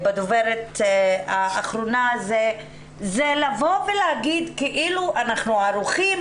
בדבריה של הדוברת האחרונה זה לבוא ולהגיד כאילו אנחנו ערוכים,